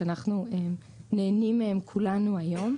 שכולנו נהנים מהם היום.